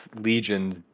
legions